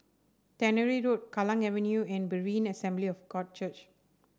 Tannery Road Kallang Avenue and Berean Assembly of God Church